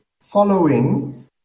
following